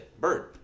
Bird